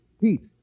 heat